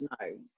no